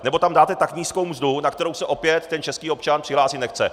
Nebo tam dáte tak nízkou mzdu, na kterou se opět ten český občan přihlásit nechce.